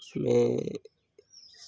उसमें